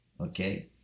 Okay